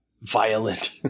violent